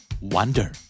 Wonder